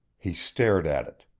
he stared at it.